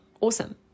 Awesome